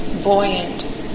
Buoyant